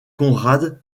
konrad